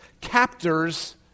captors